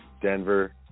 Denver